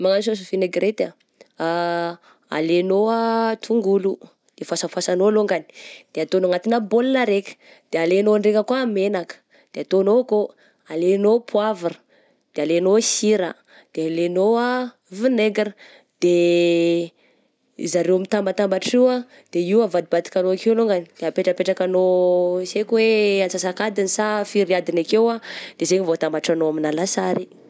Magnano sôsy vinegrety ah, aleinao ah tongolo de vasavasanao longany, de ataonao anatigna bôl raika, de alainao draika koa menaka de ataonao akao, alaonao poavra, de alainao i sira, de aleinao ah vinaigra, de izareo mitambatambatra io ah, de io avadibadikanao akeo longany de apetrapetrakanao sy aiko hoe asas'akadigny sary firy adiny akeo ah, de zay igny vô atambatranao amigna lasary.